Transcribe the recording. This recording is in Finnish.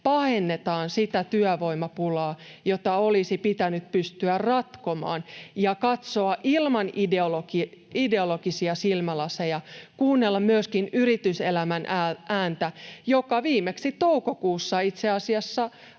pahennetaan sitä työvoimapulaa, jota olisi pitänyt pystyä ratkomaan ja katsoa ilman ideologisia silmälaseja, kuunnella myöskin yrityselämän ääntä, joka viimeksi toukokuussa, itse asiassa